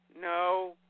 No